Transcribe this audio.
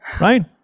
right